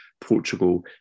Portugal